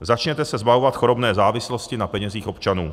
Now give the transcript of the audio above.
Začněte se zbavovat chorobné závislosti na penězích občanů.